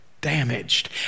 damaged